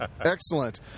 Excellent